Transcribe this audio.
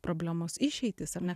problemos išeitys ar ne